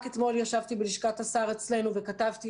רק אתמול ישבתי בלשכת השר אצלנו וכתבתי